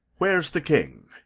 where's the king?